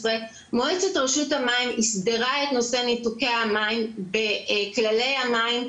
מועצת רשות המים הסדרה את נושא ניתוקי המים בכללי המים,